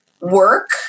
work